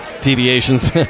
deviations